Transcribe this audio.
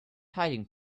hiding